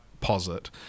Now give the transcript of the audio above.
posit